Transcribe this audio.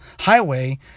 highway